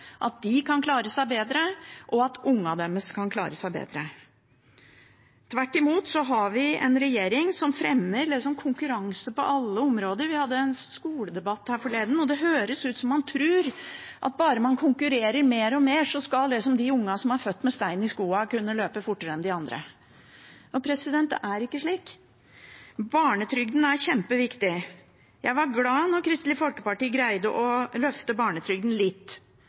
at de kan klare seg bedre, og at ungene deres kan klare seg bedre. Tvert imot har vi en regjering som fremmer konkurranse på alle områder. Vi hadde en skoledebatt her forleden, og det høres ut som man tror at bare man konkurrerer mer og mer, skal de ungene som er født med stein i skoa, kunne løpe fortere enn de andre. Det er ikke slik. Barnetrygden er kjempeviktig. Jeg var glad da Kristelig Folkeparti greide å løfte barnetrygden litt,